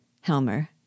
HELMER